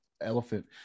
elephant